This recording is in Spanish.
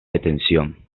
detención